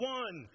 one